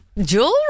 jewelry